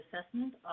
assessment